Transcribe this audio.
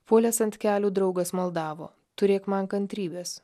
puolęs ant kelių draugas maldavo turėk man kantrybės